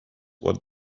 what